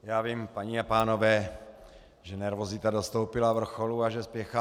Já vím, paní a pánové, že nervozita dostoupila vrcholu a že spěcháme.